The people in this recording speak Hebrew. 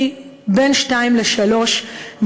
בין פי-שניים לפי-שלושה,